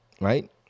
right